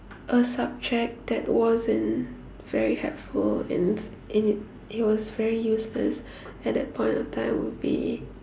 a subject that wasn't very helpful and it it was very useless at that point of time would be